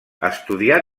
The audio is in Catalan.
estudià